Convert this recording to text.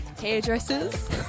hairdressers